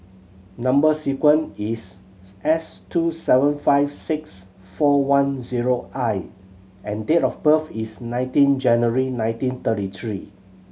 number sequence is S two seven five six four one zero I and date of birth is nineteen January nineteen thirty three